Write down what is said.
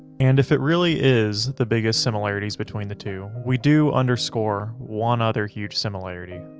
and if it really is the biggest similarities between the two we do underscore one other huge similarity.